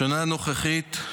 בשנה הנוכחית,